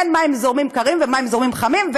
אין מים זורמים קרים ומים זורמים חמים,